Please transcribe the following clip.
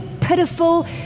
pitiful